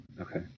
Okay